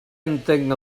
entenc